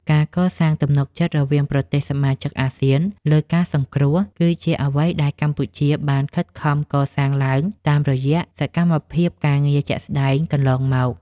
ការកសាងទំនុកចិត្តរវាងប្រទេសសមាជិកអាស៊ានលើការងារសង្គ្រោះ គឺជាអ្វីដែលកម្ពុជាបានខិតខំកសាងឡើងតាមរយៈសកម្មភាពការងារជាក់ស្តែងកន្លងមក។